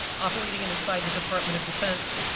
operating and inside the department of defense,